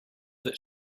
that